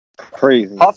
Crazy